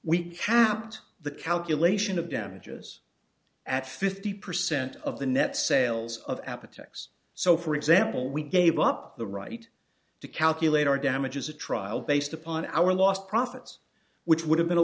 we kept the calculation of damages at fifty percent of the net sales of app attacks so for example we gave up the right to calculate our damages a trial based upon our lost profits which would have been a